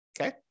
Okay